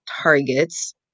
targets